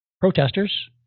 Protesters